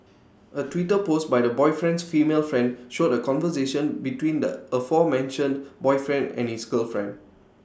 A Twitter post by the boyfriend's female friend showed A conversation between the aforementioned boyfriend and his girlfriend